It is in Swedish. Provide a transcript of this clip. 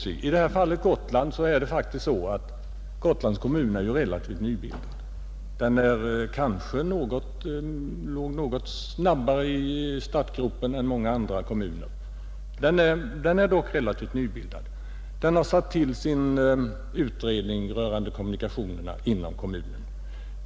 I detta fall gäller att Gotlands kommun är relativt nybildad. Den kom kanske något snabbare ur 21 startgroparna än många andra kommuner, men den är dock relativt nybildad. Gotlands kommun har nu tillsatt en utredning rörande kommunikationerna inom kommunen.